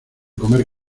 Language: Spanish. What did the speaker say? comer